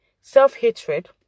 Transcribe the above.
self-hatred